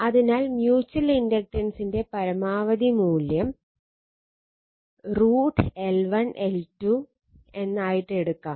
അതിനാൽ മ്യൂച്ചൽ ഇൻഡക്റ്റൻസിന്റെ പരമാവധി മൂല്യം M max √ L1 L2 എന്നായിട്ടെടുക്കാം